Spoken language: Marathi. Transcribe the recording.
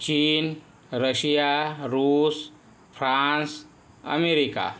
चीन रशिया रूस फ्रान्स अमेरिका